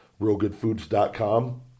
RealGoodFoods.com